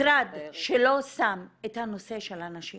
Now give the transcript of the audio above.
--- משרד שלא שם את הנושא של הנשים